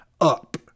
up